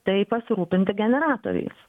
tai pasirūpinti generatoriais